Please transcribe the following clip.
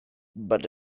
but